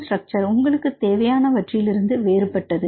structure உங்களுக்குத் தேவையானவற்றிலிருந்து வேறுபட்டது